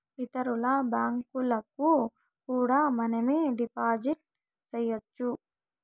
ఇతరుల బ్యాంకులకు కూడా మనమే డిపాజిట్ చేయొచ్చు